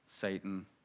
Satan